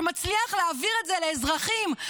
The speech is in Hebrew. שמצליח להעביר את זה לאזרחים.